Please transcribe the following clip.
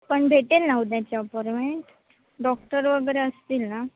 पण भेटेल ना उद्याची अपॉरमेंट डॉक्टर वगैरे असतील ना